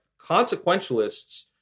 consequentialists